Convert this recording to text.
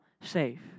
safe